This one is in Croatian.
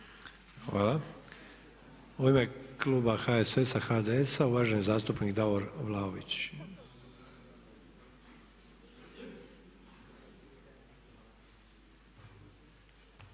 Hvala. U ime kluba HSS-a, HDS-a uvaženi zastupnik Davor Vlaović.